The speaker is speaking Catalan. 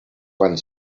van